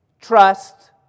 Trust